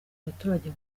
abaturage